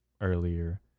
earlier